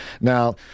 Now